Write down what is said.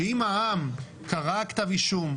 שאם העם קרא כתב אישום,